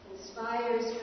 inspires